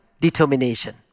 determination